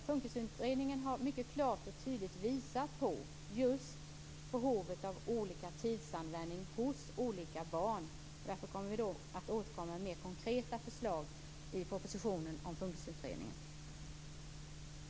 FUNKIS-utredningen har mycket klart och tydligt visat just på behovet av olika tidsanvändning hos olika barn, och vi kommer att återkomma med konkreta förslag i propositionen med anledning av FUN